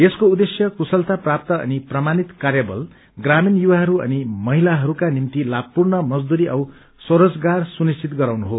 यसको उद्देश्य कुशलता प्राप्त अनि प्रमाणित कार्यबल प्रामीण युवाहरू अनि महिलाहरूका निम्ति लामपूर्ण मजदूरी औ स्वरोजगार सुनिश्चित गराउनु हो